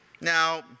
Now